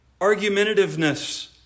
argumentativeness